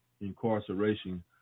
incarceration